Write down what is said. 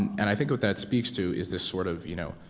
and i think what that speaks to is this sort of, you know,